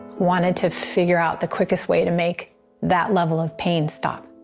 wanted to figure out the quickest way to make that level of pain stop.